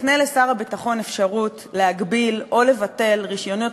מקנה לשר הביטחון אפשרות להגביל או לבטל רישיונות